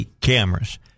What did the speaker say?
cameras